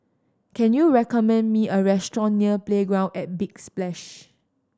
can you recommend me a restaurant near Playground at Big Splash